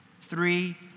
three